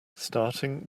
starting